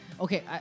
Okay